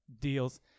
deals